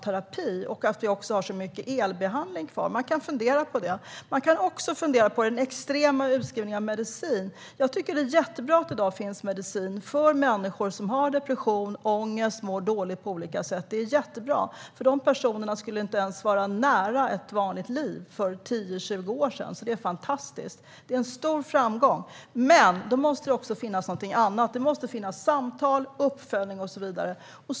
Jag förstår inte heller varför man fortfarande använder så mycket elbehandling. Det kan man fundera på. Man kan också fundera på den extrema utskrivningen av medicin. Det är jättebra att det i dag finns medicin för människor som har depression eller ångest eller mår dåligt på olika sätt. Dessa personer var inte ens nära ett vanligt liv för 10-20 år sedan, så det är fantastiskt. Det är en stor framgång. Men då måste det finnas något annat. Det måste finnas samtal, uppföljning och så vidare.